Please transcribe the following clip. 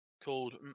called